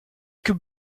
could